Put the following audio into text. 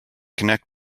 connect